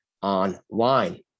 online